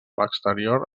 l’exterior